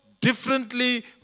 differently